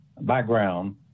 background